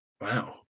Wow